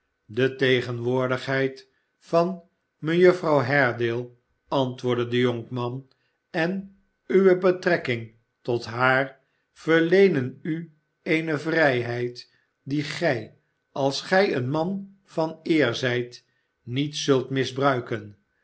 de tegenwoordigheid van mejuffer haredale antwoordde de jonkman en uwe betrekking tot haar yerleenen u eene vrijheid die gij als gij een man van eer zijt niet zult misbruiken